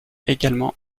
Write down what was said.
également